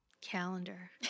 Calendar